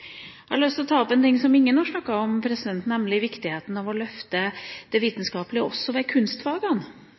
Jeg har lyst å ta opp en ting som ingen har snakket om, nemlig viktigheten av å løfte det vitenskapelige også ved kunstfagene.